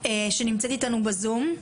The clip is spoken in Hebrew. שנמצאת אתנו בזום.